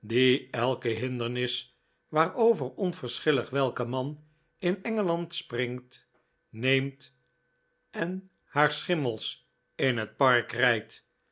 elke hindernis waarover onverschillig welke man in engeland springt neemt en haar schimmels in het park rijdt